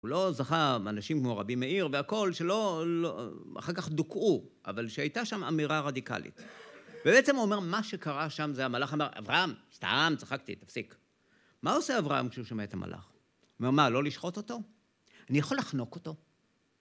הוא לא זכה אנשים כמו רבי מאיר והכול, שלא... אחר כך דוכאו, אבל שהייתה שם אמירה רדיקלית. ובעצם הוא אומר, מה שקרה שם זה המלאך אמר, אברהם, סתם, צחקתי, תפסיק. מה עושה אברהם כשהוא שומע את המלאך? הוא אומר, מה, לא לשחוט אותו? אני יכול לחנוק אותו.